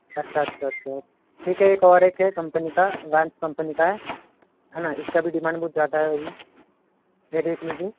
अच्छा अच्छा अच्छा ठीक है एक और एक है कंपनी का वांस कंपनी का है हैं ना इसका भी डिमांड बहुत ज़्यादा है अभी ये देख लीजिए